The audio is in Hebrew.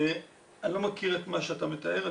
אני לא מכיר את מה שאתה מתאר.